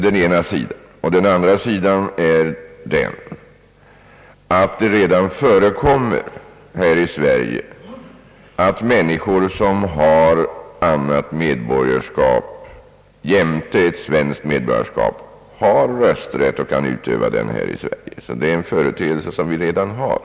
Dessutom förekommer det redan att människor som har annat medborgarskap jämte ett svenskt medborgarskap har rösträtt och kan utöva denna rösträtt här i Sverige.